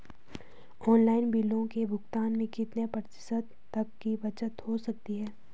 Online बिलों के भुगतान में कितने प्रतिशत तक की बचत हो सकती है?